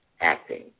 acting